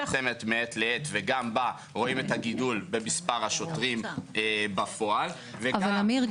תקציב המשטרה גדל בשיעור יותר גדול.